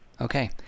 Okay